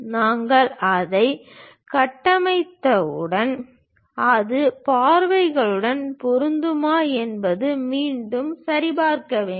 நாங்கள் அதைக் கட்டமைத்தவுடன் அது பார்வைகளுடன் பொருந்துமா என்பதை மீண்டும் சரிபார்க்க வேண்டும்